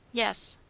yes.